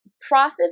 process